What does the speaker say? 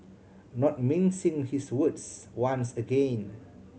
not mincing his words once again